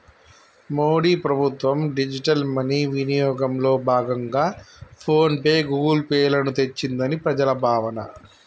మోడీ ప్రభుత్వం digital money వినియోగంలో భాగంగా ఫోన్ పే, గూగుల్ పే లను తెచ్చిందని ప్రజల భావన